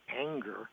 anger